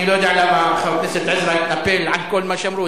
אני לא יודע למה חבר הכנסת עזרא התנפל על כל מה שאמרו.